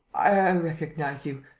i recognize you.